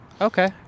Okay